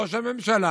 ראש הממשלה,